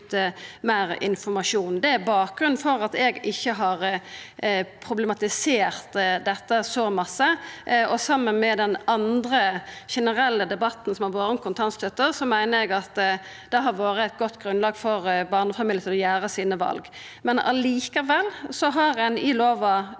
Det er bakgrunnen for at eg ikkje har problematisert dette så mykje. Saman med den andre generelle debatten som har vore om kontantstøtta, meiner eg at det har vore eit godt grunnlag for barnefamiliane for å gjera sine val. Likevel har ein i lova